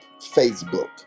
facebook